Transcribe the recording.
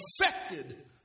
affected